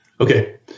Okay